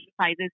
sizes